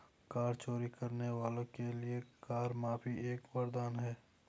कर चोरी करने वालों के लिए कर माफी एक वरदान है